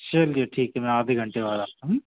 चलिए ठीक है मैं आधे घंटे बाद आता हूँ